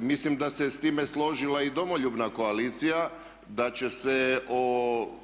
mislim da se s time složila i Domoljubna koalicija da će se o